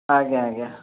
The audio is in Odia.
ଆଜ୍ଞା ଆଜ୍ଞା